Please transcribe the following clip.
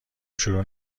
شروع